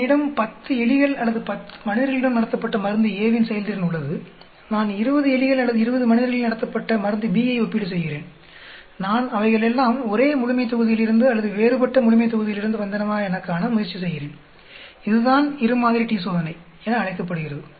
என்னிடம் 10 எலிகள் அல்லது 10 மனிதர்களிடம் நடத்தப்பட்ட மருந்து A வின் செயல்திறன் உள்ளது நான் 20 எலிகள் அல்லது 20 மனிதர்களில் நடத்தப்பட்ட மருந்து B ஐ ஒப்பீடு செய்கிறேன் நான் அவைகளெல்லாம் ஒரே முழுமைத்தொகுதியிலிருந்து அல்லது வேறுபட்ட முழுமைத்தொகுதியிலிருந்து வந்தனவா எனக் காண முயற்சி செய்கிறேன் இதுதான் இரு மாதிரி t சோதனை என அழைக்கப்படுகிறது